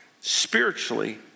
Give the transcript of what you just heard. spiritually